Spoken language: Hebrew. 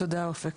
תודה אופק.